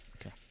Okay